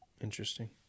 Interesting